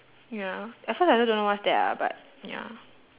ya at first I also don't know what's that ah but ya